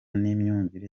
n’imyumvire